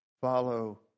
follow